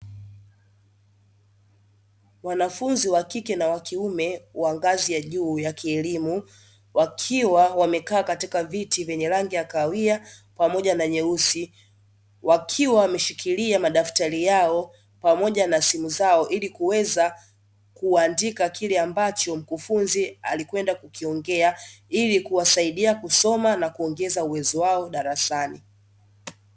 Wanafunzi wa kike na wa kiume wa ngazi ya juu ya kielimu, wakiwa wamekaa katika viti vyenye rangi ya kahawia pamoja na nyeusi, wakiwa wameshikilia madaftari yao pamoja na simu zao ili kuweza kuandika kile ambacho mkufunzi alikwenda kukiongea, ili kuwasaidia kusoma na kuongeza uwezo wao darasani.